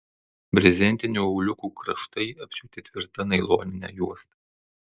brezentinių auliukų kraštai apsiūti tvirta nailonine juosta